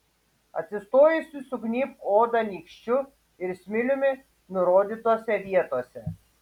atsistojusi sugnybk odą nykščiu ir smiliumi nurodytose vietose